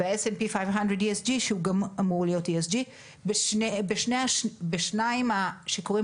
ו-S&P 500 ESG שהוא גם אמור להיות ESG. בשניים שקוראים